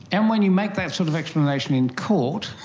and when you make that sort of explanation in court,